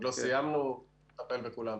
עוד לא סיימנו לטפל בכולם.